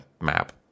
map